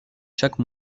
chaque